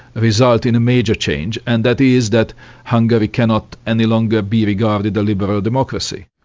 result in a major change, and that is that hungary cannot any longer be regarded a liberal democracy.